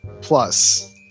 plus